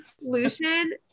Lucian